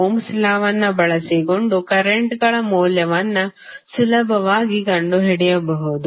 Ohm's ಲಾವನ್ನುOhms law ಬಳಸಿಕೊಂಡು ಕರೆಂಟ್ಗಳ ಮೌಲ್ಯವನ್ನು ಸುಲಭವಾಗಿ ಕಂಡುಹಿಡಿಯಬಹುದು